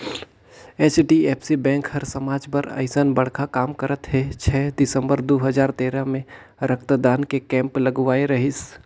HDFC bank हर समाज बर अइसन बड़खा काम करत हे छै दिसंबर दू हजार तेरा मे रक्तदान के केम्प लगवाए रहीस